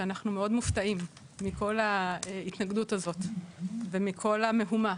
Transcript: שאנחנו מאוד מופתעים מכל ההתנגדות הזאת ומכל המהומה